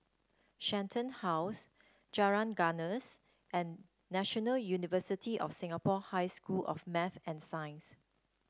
Shenton House Jalan Gajus and National University of Singapore High School of Math and Science